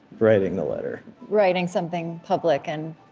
writing the letter, writing something public, and,